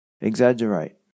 exaggerate